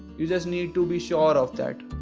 you just need to be sure of that.